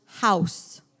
house